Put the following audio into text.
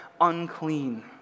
unclean